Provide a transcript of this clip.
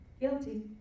Guilty